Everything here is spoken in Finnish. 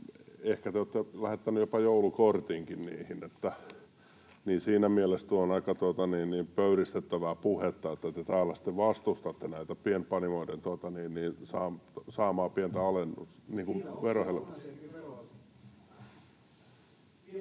Ehkä te olette lähettänyt jopa joulukortinkin niihin. Siinä mielessä tuo on aika pöyristyttävää puhetta, että te täällä sitten vastustatte näiden pienpanimoiden saamaa pientä verohelpotusta.